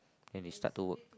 and they start to work